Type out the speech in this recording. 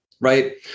Right